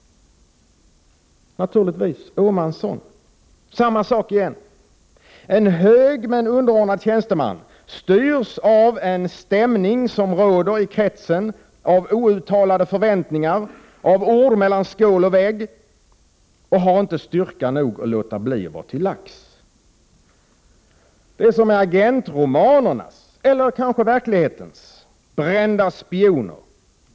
Där har vi samma sak igen. En hög men underordnad tjänsteman styrs av en stämning som råder, av outtalade förväntningar, av ord mellan skål och vägg, och har inte styrka nog att låta bli att vara till lags. Det är som med agentromanernas, eller kanske verklighetens, brända spioner.